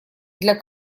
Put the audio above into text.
для